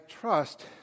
trust